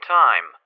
time